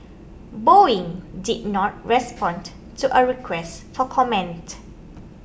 Boeing did not respond to a request for comment